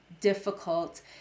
difficult